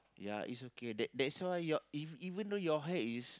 ya it's okay that that's why your even though your hair is